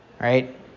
right